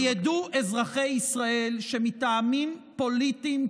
וידעו אזרחי ישראל שמטעמים פוליטיים,